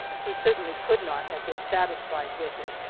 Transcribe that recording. he certainly could not have been satisfied with it.